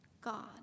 God